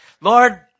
Lord